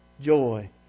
joy